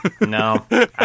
No